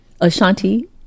Ashanti